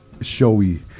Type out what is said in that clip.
showy